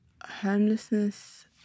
Homelessness